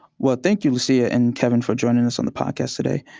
well, thank you, lucia and kevin for joining us on the podcast today.